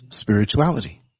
spirituality